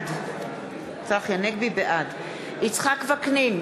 בעד יצחק וקנין,